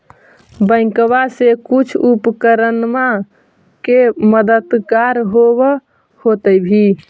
बैंकबा से कुछ उपकरणमा के मददगार होब होतै भी?